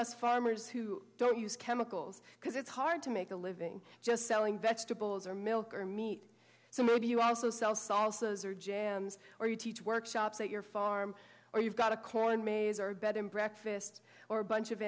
us farmers who don't use chemicals because it's hard to make a living just selling vegetables or milk or meat so maybe you also sell salsas or jams or you teach workshops at your farm or you've got a corn maze or bed and breakfast or a bunch of